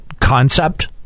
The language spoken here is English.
concept